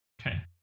Okay